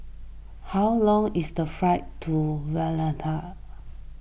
how long is the flight to Valletta